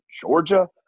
Georgia